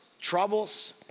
troubles